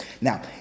Now